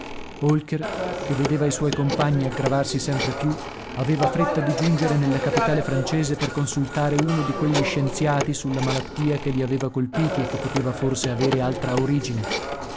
holker che vedeva i suoi compagni aggravarsi sempre più aveva fretta di giungere nella capitale francese per consultare uno di quegli scienziati sulla malattia che li aveva colpiti e che poteva forse avere altra origine